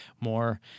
more